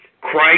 Christ